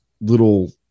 little